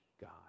God